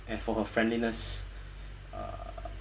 and for her friendliness uh